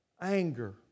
Anger